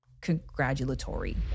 congratulatory